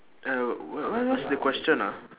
err w~ what what's the question ah